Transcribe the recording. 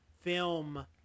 film